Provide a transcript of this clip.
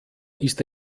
ist